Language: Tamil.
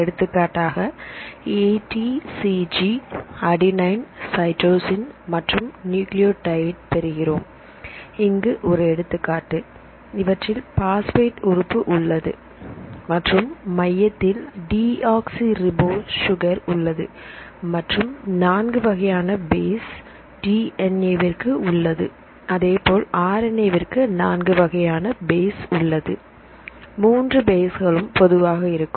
எடுத்துக்காட்டாக A T C G adenine cytosine மற்றும் நியூக்ளியோடைடு பெறுகிறோம் இங்கு ஓர் எடுத்துக்காட்டு இவற்றில் பாஸ்பேட் உறுப்பு உள்ளது மற்றும் மையத்தில் டி ஆக்சி ரிபோஸ் சுகர் உள்ளது மற்றும் நான்கு வகையான பேஸ் டிஎன்ஏ விற்கு உள்ளது அதேபோல் ஆர் என் ஏ விற்கு நான்கு வகையான பேஸ் உள்ளது மூன்று பேஸ்களும் பொதுவாக இருக்கும்